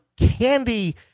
candy